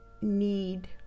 need